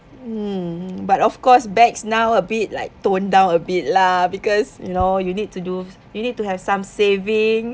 mm but of course bags now a bit like tone down a bit lah because you know you need to do you need to have some saving